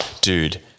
dude